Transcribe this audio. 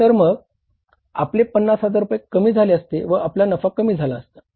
तर मग आपले 50 हजार रुपये कमी झाले असते व आपला नफा कमी झाला असता